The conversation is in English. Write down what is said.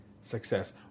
success